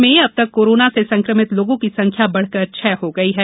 राज्य में अब तक कोरोना से संक्रमित लोगों की संख्या बढ़कर छह हो गयी है